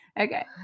Okay